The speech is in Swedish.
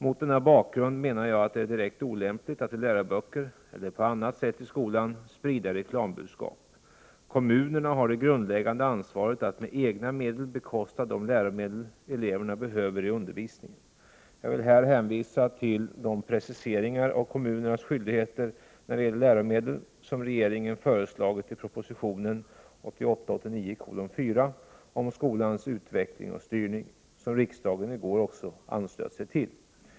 Mot denna bakgrund menar jag att det är direkt olämpligt att i läroböcker eller på annat sätt i skolan sprida reklambudskap. Kommunerna har det grundläggande ansvaret att med egna medel bekosta de läromedel eleverna behöver i undervisningen. Jag vill här hänvisa till de preciseringar av kommunernas skyldigheter när det gäller läromedel som regeringen föreslagit i proposition 1988/89:4 om skolans utveckling och styrning, som riksdagen i går anslöt sig till.